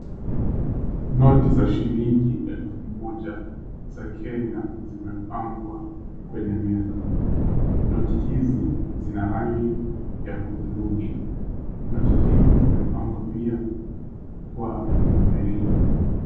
Noti za shilingi elfu moja za Kenya, zimepangwa kwenye meza. Noti hizi zina rangi ya hudhurungi. Noti hizi zimepangwa pia kwa mviringo.